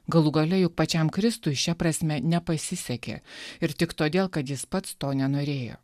galų gale juk pačiam kristui šia prasme nepasisekė ir tik todėl kad jis pats to nenorėjo